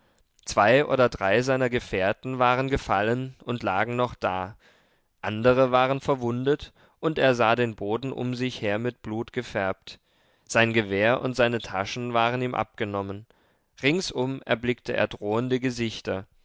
zwei oder drei seiner gefährten waren gefallen und lagen noch da andere waren verwundet und er sah den boden um sich her mit blut gefärbt sein gewehr und seine taschen waren ihm abgenommen ringsum erblickte er drohende gesichter